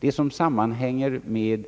Vad som sammanhänger med